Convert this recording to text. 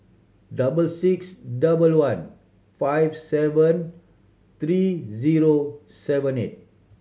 double six double one five seven three zero seven eight